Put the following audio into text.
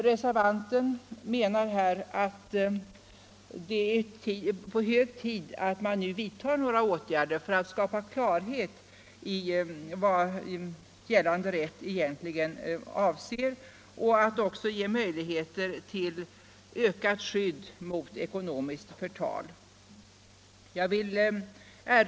Reservanten menar att det är hög tid att nu vidta åtgärder för att skapa klarhet i vad gällande rätt egentligen avser och för att ge möjligheter till ökat skydd mot ekonomiskt förtal.